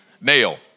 Nail